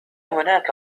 هناك